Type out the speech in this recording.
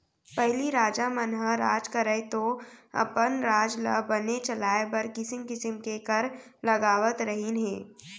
पहिली राजा मन ह राज करयँ तौ अपन राज ल बने चलाय बर किसिम किसिम के कर लगावत रहिन हें